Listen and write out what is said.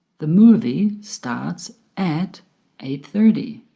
the movie starts at eight thirty.